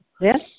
Yes